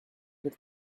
get